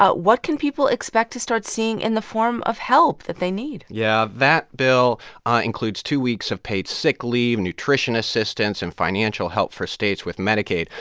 but what can people expect to start seeing in the form of help that they need? yeah, that bill includes two weeks of paid sick leave, nutrition assistance and financial help for states with medicaid.